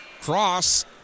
Cross